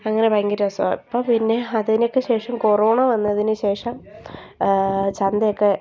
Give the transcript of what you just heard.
അങ്ങനെ ഭയങ്കര രസമാണ് അപ്പം പിന്നെ അതിനൊക്കെ ശേഷം കൊറോണ വന്നതിന് ശേഷം ചന്തയൊക്കെ